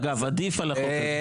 אגב, עדיף על החוק הזה.